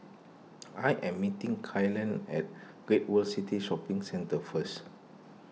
I am meeting Kylan at Great World City Shopping Centre first